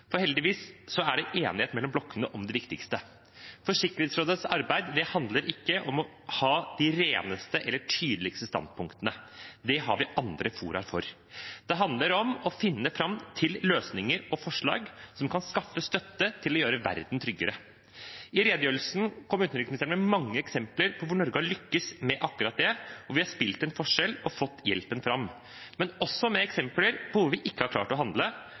regjeringsskiftet. Heldigvis er det enighet mellom blokkene om det viktigste. Sikkerhetsrådets arbeid handler ikke om å ha de reneste eller de tydeligste standpunktene. Det har vi andre fora for. Det handler om å finne fram til løsninger og forslag som kan skaffe støtte til å gjøre verden tryggere. I redegjørelsen kom utenriksministeren med mange eksempler på hvor Norge har lyktes med akkurat det, når vi har gjort en forskjell og fått hjelpen fram. Hun kom også med eksempler på når vi ikke har klart å handle,